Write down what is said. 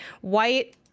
White